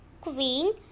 queen